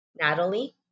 Natalie